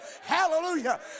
Hallelujah